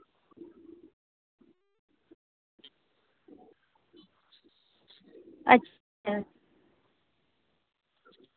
ᱟᱪᱪᱷᱟ